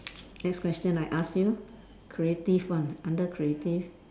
next question I ask you creative one under creative